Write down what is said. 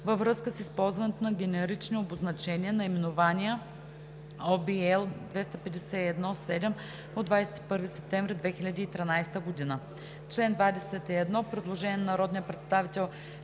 във връзка с използването на генерични обозначения (наименования) (ОВ, L 251/7 от 21 септември 2013 г.).“ По чл. 21 има предложение на народния представител